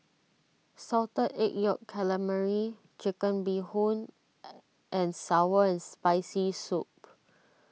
Salted Egg Yolk Calamari Chicken Bee Hoon and Sour and Spicy Soup